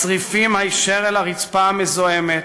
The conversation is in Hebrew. בצריפים, על הרצפה המזוהמת,